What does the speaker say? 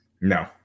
No